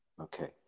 Okay